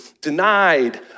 denied